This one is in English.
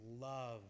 love